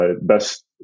best